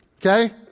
Okay